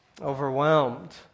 overwhelmed